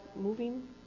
moving